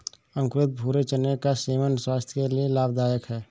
अंकुरित भूरे चने का सेवन स्वास्थय के लिए लाभदायक है